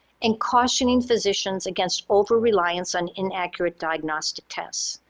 and cautioning physicians against over-reliance on inaccurate diagnostic tests.